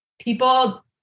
people